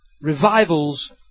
Revivals